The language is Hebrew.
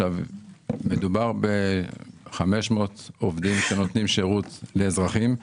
מדובר ב-500 עובדים שנותנים שירות לאזרחים.